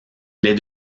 les